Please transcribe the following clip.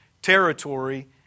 territory